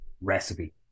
recipe